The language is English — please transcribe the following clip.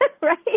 Right